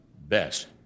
best